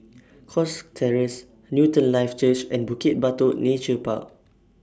Cox Terrace Newton Life Church and Bukit Batok Nature Park